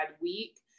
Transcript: week